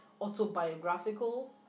autobiographical